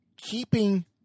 keeping